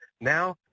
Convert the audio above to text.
Now